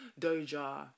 Doja